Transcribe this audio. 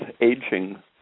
aging